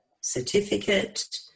certificate